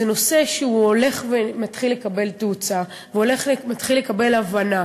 זה נושא שהולך ומתחיל לקבל תאוצה ומתחיל לקבל הבנה.